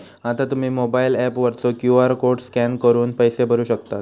आता तुम्ही mobile app वरचो क्यू.आर कोड स्कॅन करून पैसे भरू शकतास